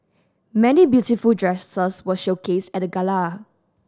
many beautiful dresses were showcased at the gala